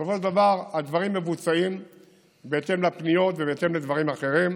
בסופו של דבר הדברים מבוצעים בהתאם לפניות ובהתאם לדברים אחרים,